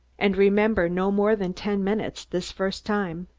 and remember, no more than ten minutes this first time.